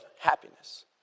happiness